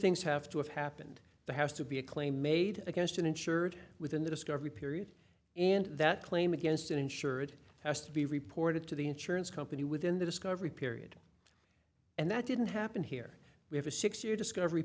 things have to have happened there has to be a claim made against an insured within the discovery period and that claim against an insured has to be reported to the insurance company within the discovery period and that didn't happen here we have a six year discovery